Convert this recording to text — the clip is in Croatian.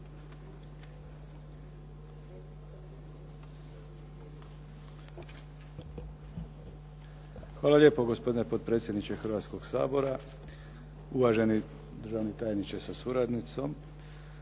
Hvala lijepo gospodine potpredsjedniče Hrvatskog sabora, uvaženi državni tajniče sa suradnicom.